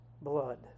blood